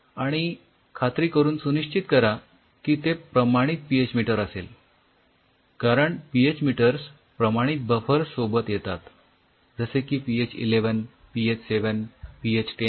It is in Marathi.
आणि खात्री करून सुनिश्चित करा की ते प्रमाणित पी एच मीटर असेल कारण पीएच मीटर्स प्रमाणित बफर्स सोबत येतात जसे की पीएच ११ पीएच ७ पीएच १०